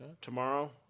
Tomorrow